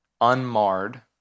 unmarred